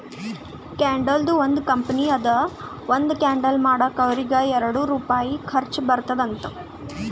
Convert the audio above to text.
ಕ್ಯಾಂಡಲ್ದು ಒಂದ್ ಕಂಪನಿ ಅದಾ ಒಂದ್ ಕ್ಯಾಂಡಲ್ ಮಾಡ್ಲಕ್ ಅವ್ರಿಗ ಎರಡು ರುಪಾಯಿ ಖರ್ಚಾ ಬರ್ತುದ್ ಅಂತ್